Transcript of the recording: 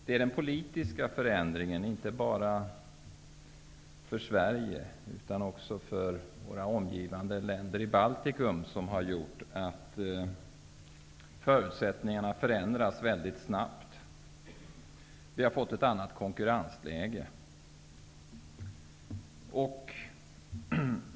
Det är den politiska förändringen inte bara för Sverige utan också för våra omgivande länder i Baltikum som har gjort att förutsättningarna förändras mycket snabbt. Vi har fått ett annat konkurrensläge.